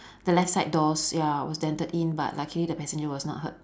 the left side doors ya was dented in but luckily the passenger was not hurt